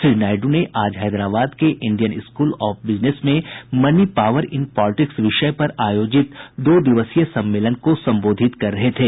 श्री नायड् ने आज हैदराबाद के इंडियन स्कूल ऑफ बिजनेस में मनी पावर इन पॉलिटिक्स विषय पर आयोजित दो दिवसीय सम्मेलन को संबोधित कर रहे थे